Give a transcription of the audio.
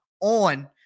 on